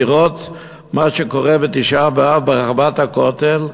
לראות מה שקורה בתשעה באב ברחבת הכותל,